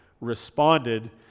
responded